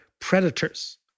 predators